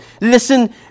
listen